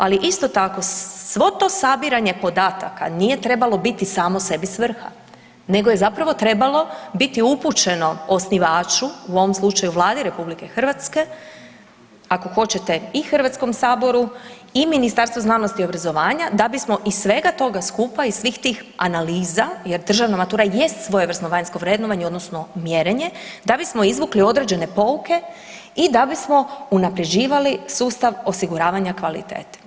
Ali isto tako svo to sabiranje podataka nije trebalo biti samo sebi svrha nego je zapravo trebalo biti upućeno osnivaču, u ovom slučaju Vladi RH, ako hoćete i HS i Ministarstvu znanosti i obrazovanja da bismo iz svega toga skupa, iz svih tih analiza, jer državna matura jest svojevrsno vanjsko vrednovanje odnosno mjerenje, da bismo izvukli određene pouke i da bismo unaprjeđivali sustav osiguravanja kvalitete.